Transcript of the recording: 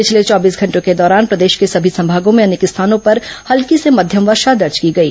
पिछले चौबीस घंटों के दौरान प्रदेश के सभी संभागों में अनेक स्थानों पर हल्की से मध्यम वर्षा दर्ज की गई